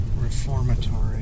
Reformatory